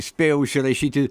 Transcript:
spėjau užsirašyti